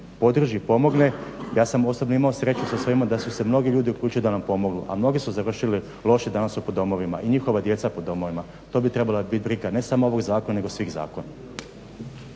podrži i pomogne. Ja sam osobno imao sreću sa svojima da su se mnogi ljudi uključili da nam pomognu, a mnogi su završili loše i danas su po domovima i njihova djeca po domovima. To bi trebala biti briga ne samo ovog zakona nego svih zakona.